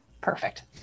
Perfect